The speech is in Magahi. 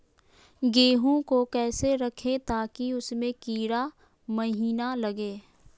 गेंहू को कैसे रखे ताकि उसमे कीड़ा महिना लगे?